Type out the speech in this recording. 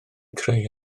creu